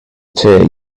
tell